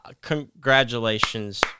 congratulations